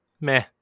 meh